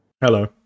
Hello